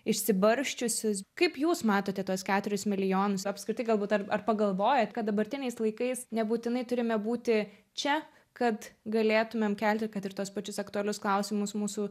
išsibarsčiusius kaip jūs matote tuos keturis milijonus apskritai galbūt dar ar pagalvojat kad dabartiniais laikais nebūtinai turime būti čia kad galėtumėm kelti kad ir tuos pačius aktualius klausimus mūsų